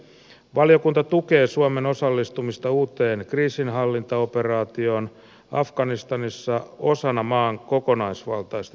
valiokunta tukee suomen osallistumista uuteen kriisinhallintaoperaatioon afganistanissa osana maan kokonaisvaltaista tukemista